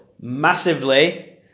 massively